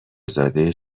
زاده